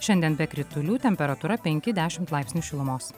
šiandien be kritulių temperatūra penki dešimt laipsnių šilumos